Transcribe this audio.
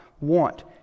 want